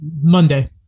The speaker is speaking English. Monday